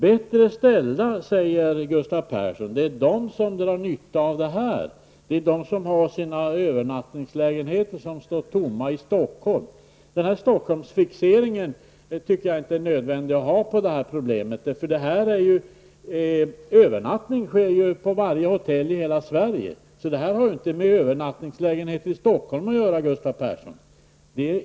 Gustav Persson säger att det är de bättre ställda som drar nytta av detta. De som har sina övernattningslägenheter som står tomma i Stockholm. Jag tycker inte att Stockholmsfixeringen är nödvändig när det gäller det här problemet. Övernattningar sker ju på varje hotell i hela Sverige. Detta har inte med övernattningslägenheter i Stockholm att göra, Gustav Persson.